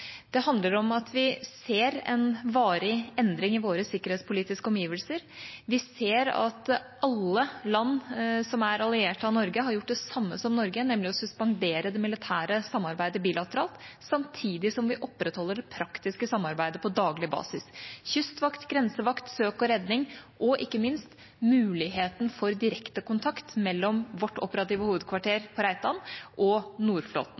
Det handler om at vi ser en varig endring i våre sikkerhetspolitiske omgivelser. Vi ser at alle land som er allierte av Norge, har gjort det samme som Norge, nemlig å suspendere det militære samarbeidet bilateralt, samtidig som vi opprettholder det praktiske samarbeidet på daglig basis – kystvakt, grensevakt, søk og redning og ikke minst muligheten for direkte kontakt mellom vårt operative hovedkvarter på Reitan og Nordflåten.